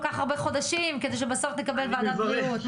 כך הרבה חודשים כדי שבסוף נקבל ועדת בריאות.